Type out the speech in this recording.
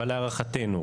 אבל להערכתנו,